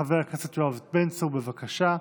חבר הכנסת יואב בן צור, בבקשה.